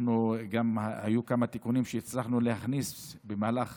היו גם כמה תיקונים שהצלחנו להכניס במהלך